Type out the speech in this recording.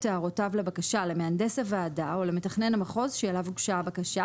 הערותיו לבקשה למהנדס הוועדה או למתכנן המחוז שאליו הוגשה הבקשה,